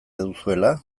duzuela